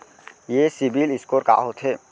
ये सिबील स्कोर का होथे?